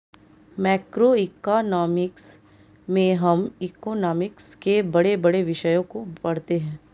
macroeconomics में हम economics के बड़े बड़े विषयों को पढ़ते हैं